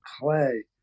play